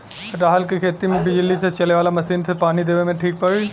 रहर के खेती मे बिजली से चले वाला मसीन से पानी देवे मे ठीक पड़ी?